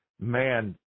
man